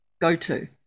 go-to